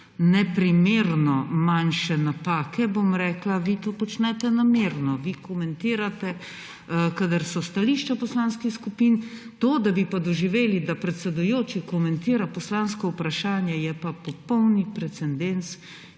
neprimerno manjše napake, bom rekla, vi to počnete namerno. Vi komentirate, kadar so stališča poslanskih skupin. To, da bi pa doživeli, da predsedujoči komentira poslansko vprašanje, je pa popolni precedens.